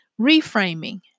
reframing